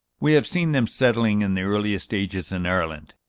we have seen them settling, in the earliest ages, in ireland.